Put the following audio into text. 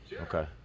Okay